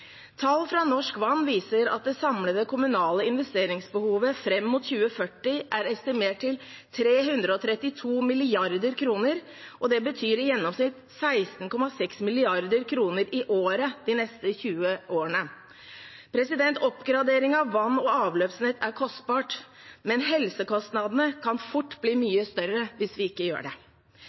Tall fra Norsk Vann viser at det samlede kommunale investeringsbehovet fram mot 2040 er estimert til 332 mrd. kr. Det betyr i gjennomsnitt 16,6 mrd. kr i året de neste 20 årene. Oppgradering av vann- og avløpsnett er kostbart, men helsekostnadene kan fort bli mye større hvis vi ikke gjør det.